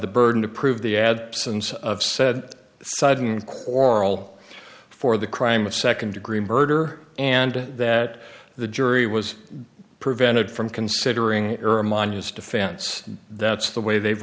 the burden to prove the ad sense of said sudden quarrel for the crime of second degree murder and that the jury was prevented from considering manyas defense that's the way they've